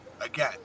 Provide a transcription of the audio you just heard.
Again